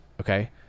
okay